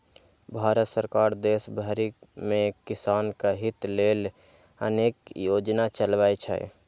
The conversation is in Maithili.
भारत सरकार देश भरि मे किसानक हित लेल अनेक योजना चलबै छै